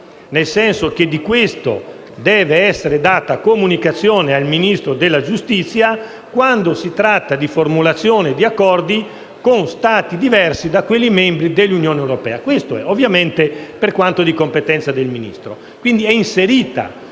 nel senso che di questo deve essere data comunicazione al Ministro della giustizia quando si tratta di formulazioni e di accordi con Stati diversi da quelli membri dell'Unione europea, ovviamente per quanto di competenza del Ministro.